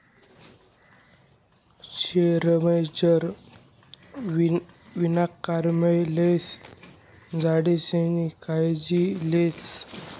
शयेरमझार वनीकरणमा लायेल झाडेसनी कायजी लेतस